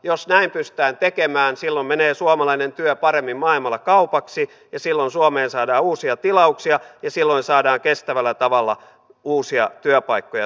jos näin pystytään tekemään silloin menee suomalainen työ paremmin maailmalla kaupaksi ja silloin suomeen saadaan uusia tilauksia ja silloin saadaan kestävällä tavalla uusia työpaikkoja suomeen